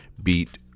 Beat